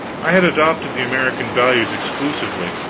i had adopted the american values exclusively.